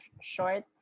short